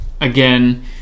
again